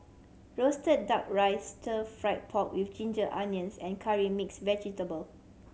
roasted Duck Rice Stir Fried Pork With Ginger Onions and Curry Mixed Vegetable